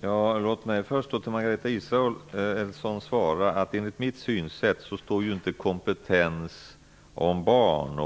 Fru talman! Låt mig först till Margareta Israelsson svara att enligt mitt synsätt står inte kompetens om barn